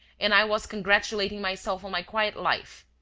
and i was congratulating myself on my quiet life!